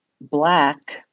black